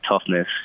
toughness